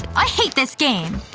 i hate this game.